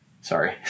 Sorry